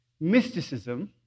mysticism